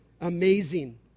Amazing